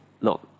look